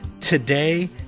today